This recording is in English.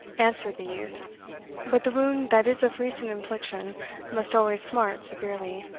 answered the youth but the wound that is of recent infliction must always smart severely,